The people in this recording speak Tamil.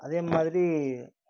அதே மாதிரி